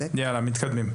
יאללה, מתקדמים.